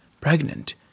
pregnant